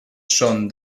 són